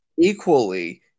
equally